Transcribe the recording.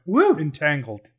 entangled